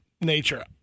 nature